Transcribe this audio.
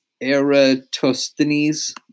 Eratosthenes